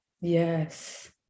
Yes